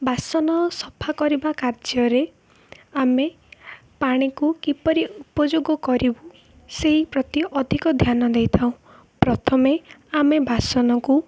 ବାସନ ସଫା କରିବା କାର୍ଯ୍ୟରେ ଆମେ ପାଣିକୁ କିପରି ଉପଯୋଗ କରିବୁ ସେହିପ୍ରତି ଅଧିକ ଧ୍ୟାନ ଦେଇଥାଉ ପ୍ରଥମେ ଆମେ ବାସନକୁ